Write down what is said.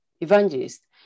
evangelist